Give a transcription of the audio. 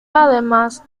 además